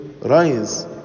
Rise